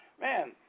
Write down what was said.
Man